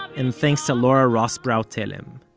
um and thanks to laura rosbrow-telem.